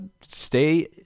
stay